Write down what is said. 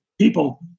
people